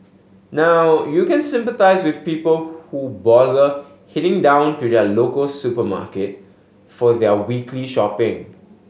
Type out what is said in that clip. now you can sympathise with people who bother heading down to the local supermarket for their weekly shopping